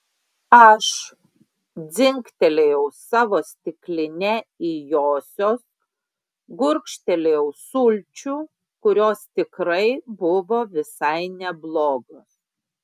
aš dzingtelėjau savo stikline į josios gurkštelėjau sulčių kurios tikrai buvo visai neblogos